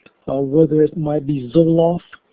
ah whether it might be zoloft,